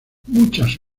muchas